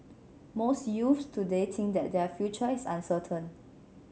most youths today think that their future is uncertain